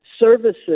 Services